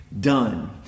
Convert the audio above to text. done